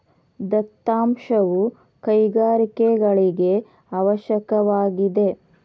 ದತ್ತಾಂಶವು ಕೈಗಾರಿಕೆಗಳಿಗೆ ಅವಶ್ಯಕವಾಗಿದೆ